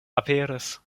aperis